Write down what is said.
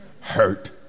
hurt